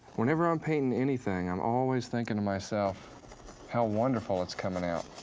whenever i'm painting anything, i'm always thinking to myself how wonderful it's coming out,